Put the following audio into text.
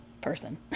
person